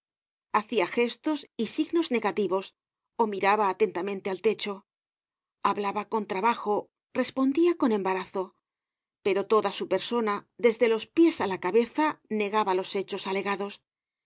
hacia gestos y signos negativos ó miraba atentamente al techo hablaba con trabajo respondia con embarazo pero toda su persona desde los pies á la cabeza negaba los hechos alegados